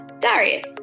Darius